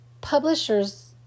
publisher's